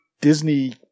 Disney